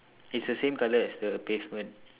it's the same colour as the pavement